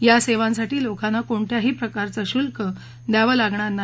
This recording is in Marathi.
या सेवांसाठी लोकांना कोणत्याही प्रकारचं शुल्क द्यावं लागणार नाही